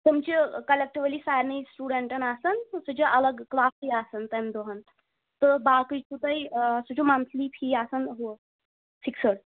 تِم چھِ کَلٮ۪کٹِولی سارنٕے سٹوٗڈنٛٹَن آسَان سُہ چھُ الگ کٕلاسٕے آسَان تَمہِ دۄہَن تہٕ باقٕے چھُو تۄہہِ سُہ چھُ مَنتھلی فی آسَان ہُہ فِکسٕڈ